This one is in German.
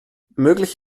möglich